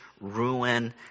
ruin